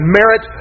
merit